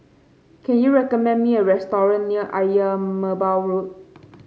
can you recommend me a restaurant near Ayer Merbau Road